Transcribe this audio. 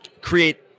create